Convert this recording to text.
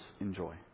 enjoy